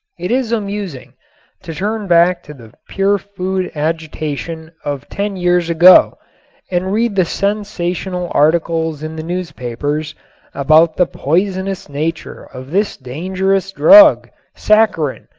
it is amusing to turn back to the pure food agitation of ten years ago and read the sensational articles in the newspapers about the poisonous nature of this dangerous drug, saccharin,